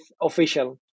official